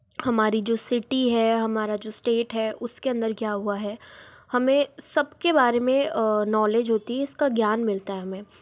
हमारी जो सिटी है हमारा जो स्टेट है उसके अंदर क्या हुआ है हमें सब के बारे में नॉलेज होती है इसका ज्ञान मिलता है हमें